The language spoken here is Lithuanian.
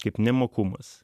kaip nemokumas